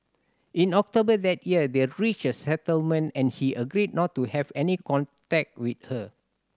in October that year they reached a settlement and he agreed not to have any contact with her